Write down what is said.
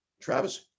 Travis